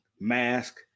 mask